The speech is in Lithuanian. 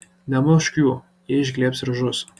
nemušk jų jie išglebs ir žus